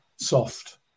Soft